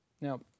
Now